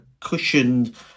cushioned